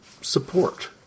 support